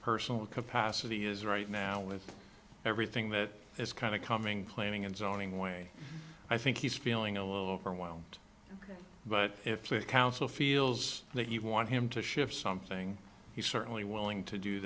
personal capacity is right now with everything that is kind of coming planning and zoning way i think he's feeling a little overwhelmed but if the council feels that you want him to shift something he's certainly willing to do